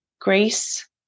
grace